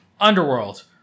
Underworld